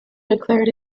declared